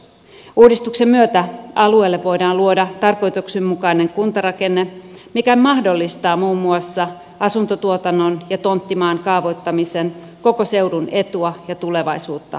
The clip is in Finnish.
uudistuksen myötä alueelle voidaan luoda tarkoituksenmukainen kuntarakenne mikä mahdollistaa muun muassa asuntotuotannon ja tonttimaan kaavoittamisen koko seudun etua ja tulevaisuutta palvellen